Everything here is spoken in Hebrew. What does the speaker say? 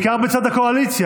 בעיקר בצד הקואליציה,